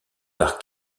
par